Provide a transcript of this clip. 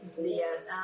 yes